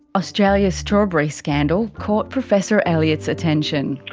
australia's strawberry scandal caught professor elliott's attention.